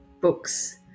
books